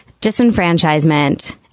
disenfranchisement